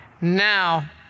Now